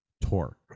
torque